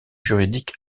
juridique